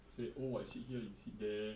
say oh I sit here you sit there